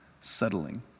settling